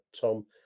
Tom